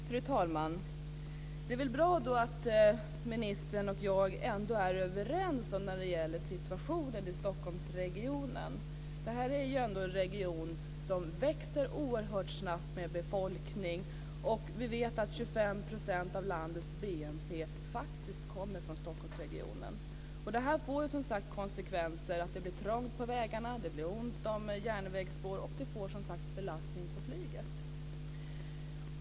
Fru talman! Tack. Det är väl bra att ministern och jag ändå är överens när det gäller situationen i Stockholmsregionen. Det här är ju ändå en region som växer oerhört snabbt i fråga om befolkningen. Vi vet att 25 % av landets BNP faktiskt kommer från Stockholmsregionen. Det här får som sagt konsekvenser. Det blir trångt på vägarna, det blir ont om järnvägsspår, och det får en belastning på flyget.